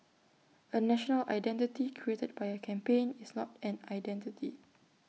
A 'national identity' created by A campaign is not an identity